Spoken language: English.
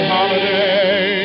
Holiday